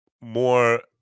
more